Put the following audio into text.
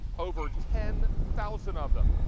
over ten thousand of them.